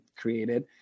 created